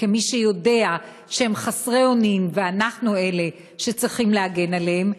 כמי שיודע שהם חסרי אונים ואנחנו אלה שצריכים להגן עליהם,